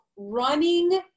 running